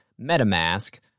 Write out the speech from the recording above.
MetaMask